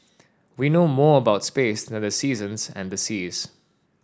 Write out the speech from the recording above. we know more about space than the seasons and the seas